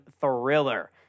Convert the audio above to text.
thriller